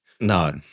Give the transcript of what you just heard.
No